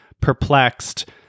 perplexed